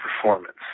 performance